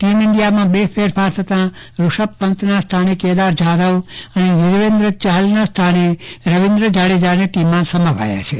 team India બે ફેફાર કરતા રૂષભ પંતના સ્થાને કેદાર જાધવ અને યજુવેન્દ્ર ચહલના સ્થાને રવીન્દ્ર જાડેજાને ટીમમાં સામેલ કરવામાં આવ્યા છે